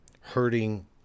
hurting